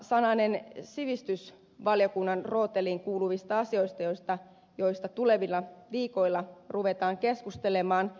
muutama sananen sivistysvaliokunnan rooteliin kuuluvista asioista joista tulevilla viikoilla ruvetaan keskustelemaan